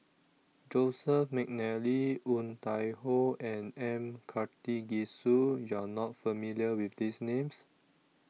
Joseph Mcnally Woon Tai Ho and M Karthigesu YOU Are not familiar with These Names